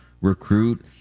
recruit